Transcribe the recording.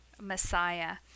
Messiah